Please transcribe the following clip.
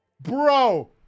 Bro